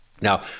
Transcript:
Now